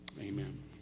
Amen